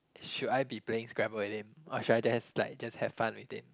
should I be playing scrabble with them or should I just like just have fun with it